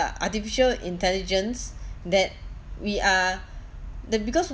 artificial intelligence that we are that because